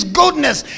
goodness